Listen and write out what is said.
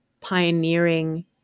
pioneering